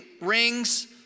rings